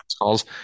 calls